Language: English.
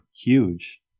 Huge